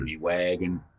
wagon